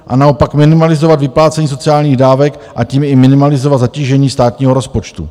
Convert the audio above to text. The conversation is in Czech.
A naopak minimalizovat vyplácení sociálních dávek a tím i minimalizovat zatížení státního rozpočtu.